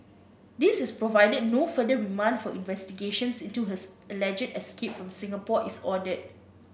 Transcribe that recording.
this is provided no further remand for investigations into his alleged escape from Singapore is ordered